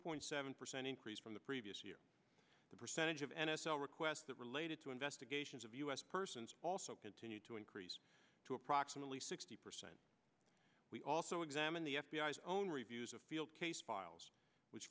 point seven percent increase from the previous year the percentage of n f l requests that related to investigations of u s persons also continue to increase to approximately sixty percent we also examine the f b i s own reviews of field case files which